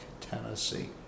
Tennessee